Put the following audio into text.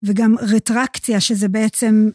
וגם רטרקציה, שזה בעצם...